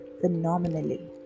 phenomenally